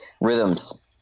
Rhythms